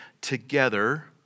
together